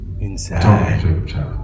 inside